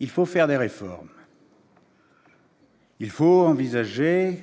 Il faut faire des réformes. Il faut envisager,